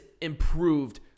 improved